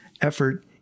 effort